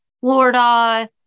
Florida